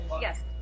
Yes